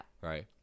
Right